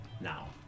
now